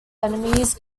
enemies